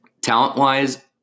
talent-wise